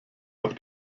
auf